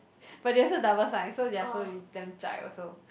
but they also double science so they'll supposed to be damn also